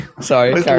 sorry